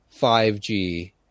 5G